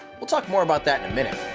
we'll talk more about that in a minute.